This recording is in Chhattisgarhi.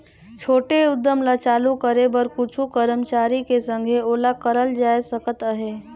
छोटे उद्यम ल चालू करे बर कुछु करमचारी के संघे ओला करल जाए सकत अहे